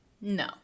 no